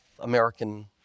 American